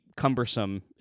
cumbersome